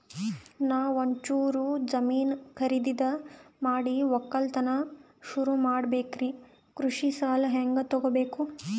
ನಾ ಒಂಚೂರು ಜಮೀನ ಖರೀದಿದ ಮಾಡಿ ಒಕ್ಕಲತನ ಸುರು ಮಾಡ ಬೇಕ್ರಿ, ಕೃಷಿ ಸಾಲ ಹಂಗ ತೊಗೊಬೇಕು?